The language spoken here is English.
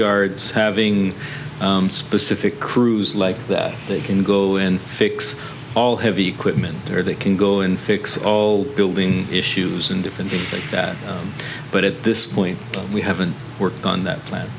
yards having specific crews like that they can go in fix all heavy equipment or they can go and fix all building issues and different things like that but at this point we haven't worked on that plan